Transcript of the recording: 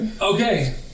Okay